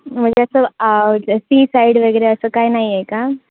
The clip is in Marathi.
म्हणजे असं सी साईड वगैरे असं काय नाही आहे का